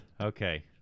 Okay